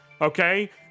Okay